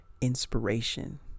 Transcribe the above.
inspiration